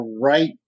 right